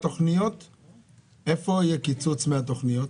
איפה יהיה קיצוץ בתוכניות?